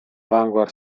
vanguard